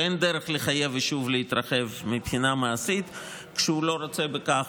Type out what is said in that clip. אין דרך לחייב יישוב להתרחב מבחינה מעשית כשהוא לא רוצה בכך,